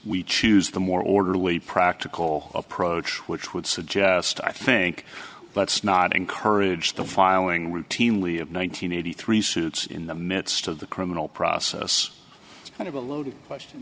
we choose the more orderly practical approach which would suggest i think let's not encourage the filing routinely of nine hundred eighty three suits in the midst of the criminal process and of a loaded question